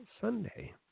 Sunday